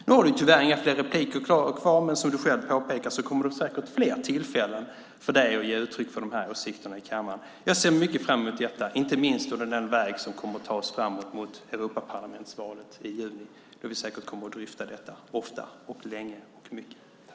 Nu har du tyvärr inga fler inlägg kvar, men som du själv påpekar kommer det säkert fler tillfällen för dig att ge uttryck för de här åsikterna i kammaren. Jag ser mycket fram emot detta, inte minst på den väg som kommer att ta oss framåt mot Europaparlamentsvalet i juni, där vi säkert kommer att dryfta detta ofta, länge och mycket.